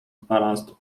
balanced